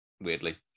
weirdly